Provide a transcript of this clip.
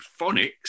phonics